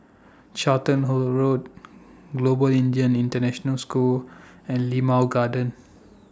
Charlton Road Global Indian International School and Limau Garden